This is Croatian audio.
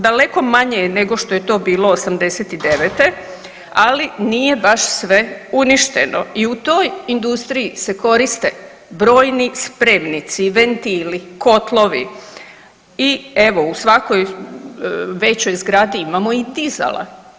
Daleko manje je nego što je to bilo 89., ali nije baš sve uništeno i u toj industriji se koriste brojni spremnici, ventili, kotlovi i evo u svakoj većoj zgradi imamo i dizala.